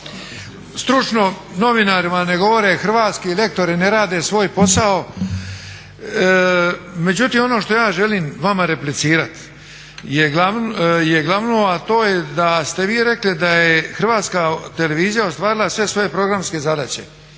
Stručno novinari vam ne govore hrvatski, lektori ne rade svoj posao. Međutim, ono što ja želim vama replicirat je glavno, a to je da ste vi rekli da je HRT ostvarila sve svoje programske zadaće.